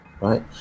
Right